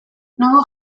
nongo